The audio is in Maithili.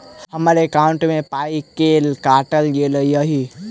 हम्मर एकॉउन्ट मे पाई केल काटल गेल एहि